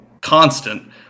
constant